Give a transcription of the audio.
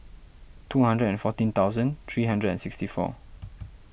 two hundred and fourteen thousand three hundred and sixty four